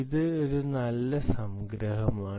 ഇത് ഒരു നല്ല സംഗ്രഹമാണ്